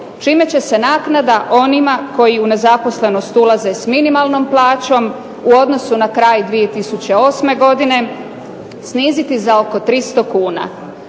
čime će se naknada onima koji u nezaposlenost ulaze s minimalnom plaćom u odnosu na kraj 2008. godine sniziti za oko 300 kuna,